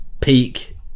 peak